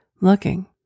looking